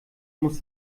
muss